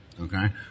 okay